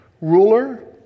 ruler